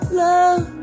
love